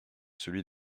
celui